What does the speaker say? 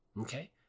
okay